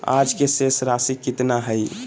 आज के शेष राशि केतना हइ?